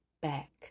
back